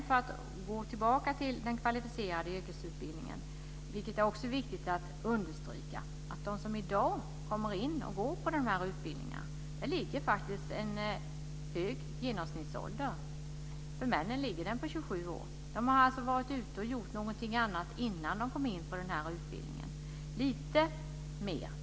För att gå tillbaka till den kvalificerade yrkesutbildningen kan jag säga att det är viktigt att understryka att de som i dag kommer in på och går dessa utbildningar har en hög genomsnittsålder. För männen är den 27 år. De har alltså varit ute och gjort någonting annat innan de kom in på denna utbildning.